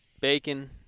bacon